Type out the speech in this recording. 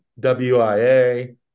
WIA